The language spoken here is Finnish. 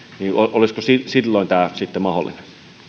olisiko tämä silloin mahdollinen